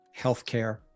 healthcare